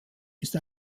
ist